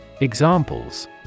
Examples